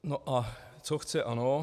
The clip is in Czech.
No a co chce ANO?